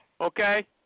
Okay